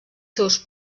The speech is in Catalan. seus